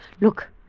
Look